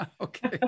Okay